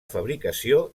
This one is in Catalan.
fabricació